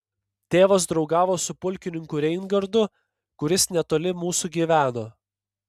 tėvas draugavo su pulkininku reingardu kuris netoli mūsų gyveno